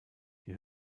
die